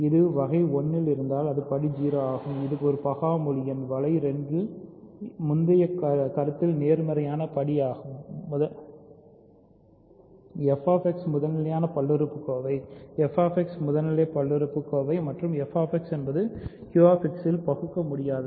இது வகை 1 இல் இருந்தால் அது படி 0 ஆகும் இது ஒரு பகா முழு எண் வகை 2 இல் இது முந்தைய கருத்தினால் நேர்மறையான படி ஆகும் f என்பது QX யில் பகுக்க முடியாதது